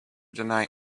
deny